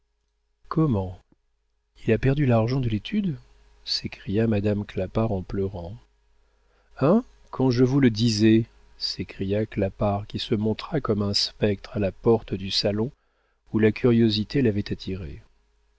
comment il a perdu l'argent de l'étude s'écria madame clapart en pleurant hein quand je vous le disais s'écria clapart qui se montra comme un spectre à la porte du salon où la curiosité l'avait attiré